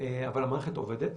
אבל המערכת עובדת.